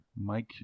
Mike